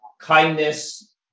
kindness